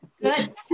Good